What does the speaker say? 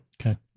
Okay